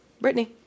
Brittany